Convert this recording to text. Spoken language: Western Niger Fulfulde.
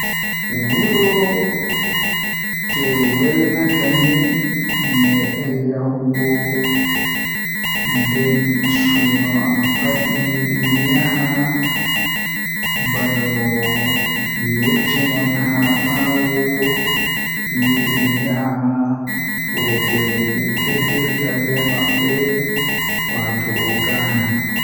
Eh wuro jei welatami mi mimedai yahugo nden mi yidi yahugo bano mi yecci haa baawo kanjum woni kaaba wuro jei mi keddirta be mabbe wato ghana